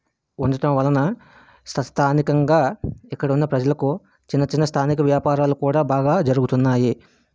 ఉండటం వలన సస్థానికంగా ఇక్కడ ప్రజలకు చిన్నచిన్న స్థానిక వ్యాపారాలు కూడా బాగా జరుగుతున్నాయి